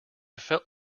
felt